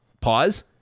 pause